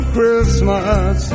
Christmas